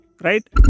right